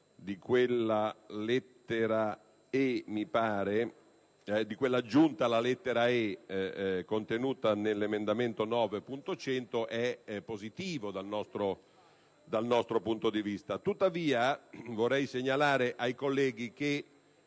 da parte del relatore di quell'aggiunta alla lettera *e)* contenuta nell'emendamento 9.100 è positivo dal nostro punto di vista. Tuttavia, vorrei segnalare ai colleghi che